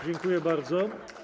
Dziękuję bardzo.